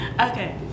okay